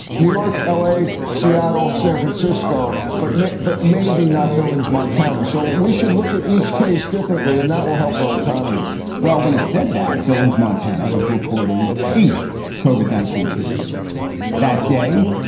new york, l a, seattle, san francisco. but but maybe not billings, montana. so we should look at each case differently and that will help our economy well, when he said that billings, montana, was reporting eight covered nineteen cases that day,